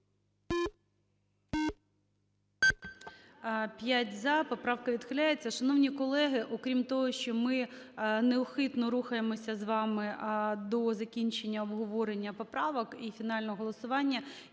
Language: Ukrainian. За-5 Поправка відхиляється. Шановні колеги, окрім того, що ми неухитно рухаємося з вами до закінчення обговорення поправок і фінального голосування,